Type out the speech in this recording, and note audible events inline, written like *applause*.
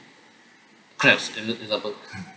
crabs e~ example *laughs*